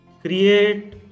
Create